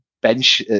bench